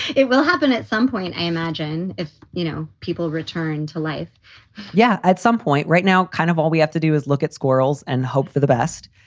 it will happen at some point, i imagine, if you know, people return to life yeah. at some point right now, kind of all we have to do is look at squirrels and hope for the best.